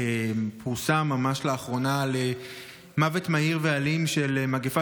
פורסם ממש לאחרונה על מוות מהיר ואלים במגפה